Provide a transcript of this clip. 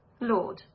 Lord